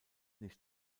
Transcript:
nicht